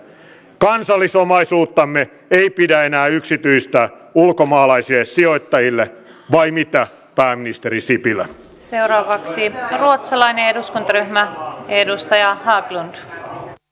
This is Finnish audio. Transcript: kansallisomaisuuttamme ei pidä enää yksityistää ulkomaalaisille sijoittajille vai mitä pääministeri sipilä seuraavaksi ja ruotsalainen eduskuntaryhmä edustaja haglund j